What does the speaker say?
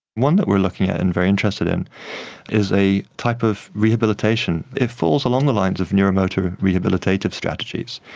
one that we're looking at and very interested in is a type of rehabilitation. it falls along the lines of neuromotor rehabilitative strategies.